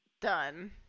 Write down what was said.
done